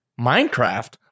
Minecraft